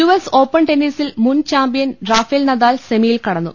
U S open ടെന്നീസിൽ മുൻ champion Rafael Nadal സെമിയിൽ കടന്നു